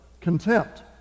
contempt